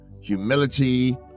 humility